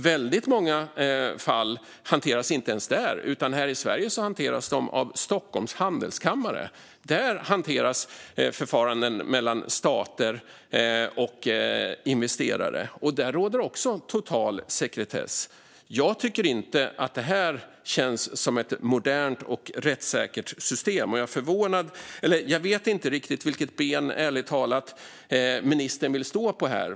Väldigt många fall hanteras inte ens där, utan här i Sverige hanteras de av Stockholms Handelskammare. Där hanteras förfaranden mellan stater och investerare, och där råder också total sekretess. Jag tycker inte att detta känns som ett modernt och rättssäkert system. Och jag vet ärligt talat inte vilket ben ministern vill stå på här.